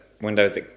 windows